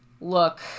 Look